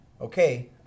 okay